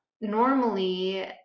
normally